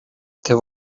they